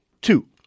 two